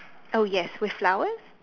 oh yes with flowers